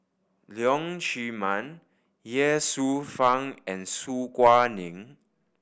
Leong Chee Mun Ye Shufang and Su Guaning